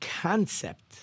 concept